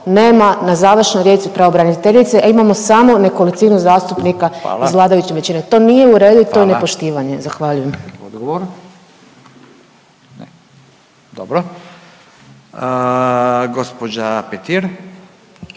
nema na završnoj riječi pravobraniteljice, a imamo samo nekolicinu zastupnika iz vladajuće većine. …/Upadica Radin: Hvala./… To nije u redu i to je nepoštivanje. Zahvaljujem.